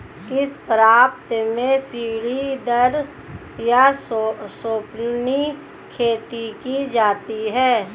किस प्रांत में सीढ़ीदार या सोपानी खेती की जाती है?